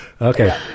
Okay